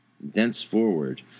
Thenceforward